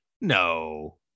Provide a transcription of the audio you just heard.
No